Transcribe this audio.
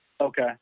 Okay